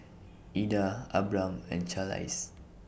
Eda Abram and Charlize